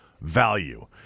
value